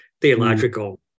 theological